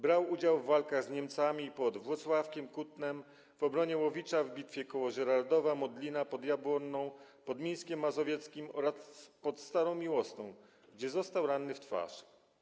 Brał udział w walkach z Niemcami pod Włocławkiem, Kutnem, w obronie Łowicza, w bitwie koło Żyrardowa, Modlina, pod Jabłonną, pod Mińskiem Mazowieckim oraz pod Starą Miłosną, gdzie został ranny w twarz.